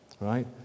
right